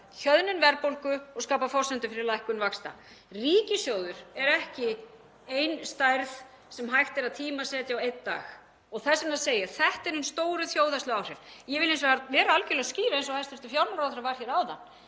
hjöðnun verðbólgu og skapa forsendur fyrir lækkun vaxta. Ríkissjóður er ekki ein stærð sem hægt er að tímasetja á einn dag og þess vegna segi ég: Þetta eru hin stóru þjóðhagslegu áhrif. Ég vil hins vegar vera algerlega skýr, eins og hæstv. fjármálaráðherra var hér áðan: